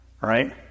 right